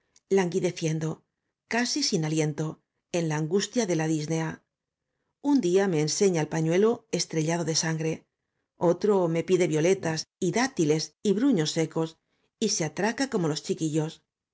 raído languideciendo casi sin aliento en la angustia de la disnea un día me enseña el pañuelo estrellado de sangre otro me pide violetas y dátiles y bruños secos y se atraca como los chiquillos